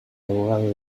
abogado